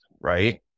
Right